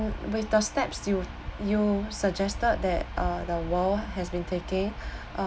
with the steps you you suggested that uh the world has been taking uh